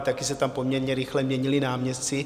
Taky se tam poměrně rychle měnili náměstci.